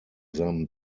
them